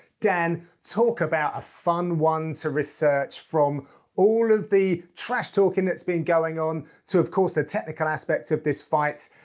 dan, talk about a fun one to research from all of the trash talking that's been going on, to of course, the technical aspects of this fight.